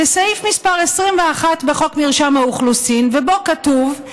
זה סעיף 21 בחוק מרשם האוכלוסין, ובו כתוב: